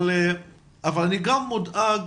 אני גם מודאג